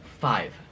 five